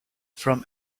from